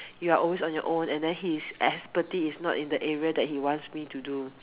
you are always on your own and then his expertise is not in the area that he wants me to do